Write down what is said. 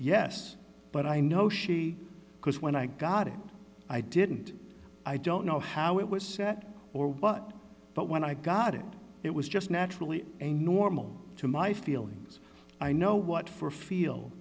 yes but i know she because when i got it i didn't i don't know how it was set or what but when i got it it was just naturally a normal to my feelings i know what for feel